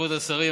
כבוד השרים,